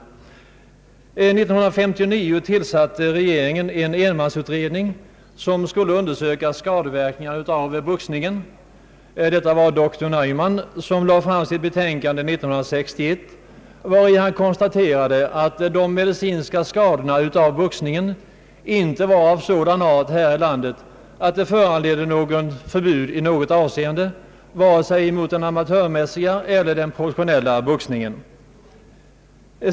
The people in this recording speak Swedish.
År 1959 tillsatte regeringen en enmansutredning, som skulle undersöka boxningens skadeverkningar. Utredaren, doktor Naumann, lade fram sitt betänkande år 1961, vari han konstaterade, att de medicinska skadorna av boxningen här i landet inte var av sådan art att de kunde föranleda ett förbud i något avseende, varken mot den amatörmässiga eller mot den professionella boxningen.